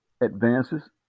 advances